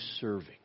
serving